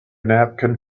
napkin